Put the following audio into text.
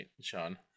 Sean